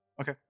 Okay